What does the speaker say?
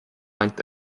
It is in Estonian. anti